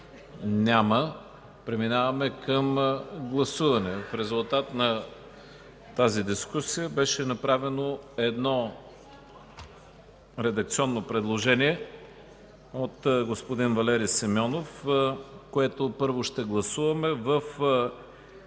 Преминаваме към гласуване. В резултат на тази дискусия беше направено едно редакционно предложение от господин Валери Симеонов, което първо ще гласуваме – в § 21, ал.